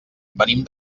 venim